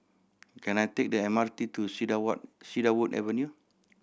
can I take the M R T to Cedarwood Avenue